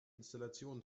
installation